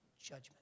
judgment